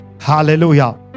hallelujah